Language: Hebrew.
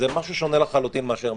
זה משהו שונה לחלוטין מאשר משטרה.